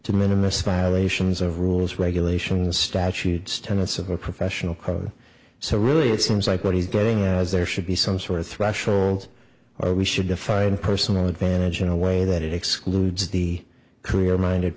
to minna miss violations of rules regulations statutes tenets of a professional code so really it seems like what he's getting there should be some sort of threshold or we should define personal advantage in a way that it excludes the career minded